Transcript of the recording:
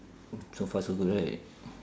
so far so good right